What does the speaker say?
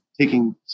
taking